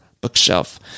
bookshelf